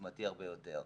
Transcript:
עוצמתי הרבה יותר.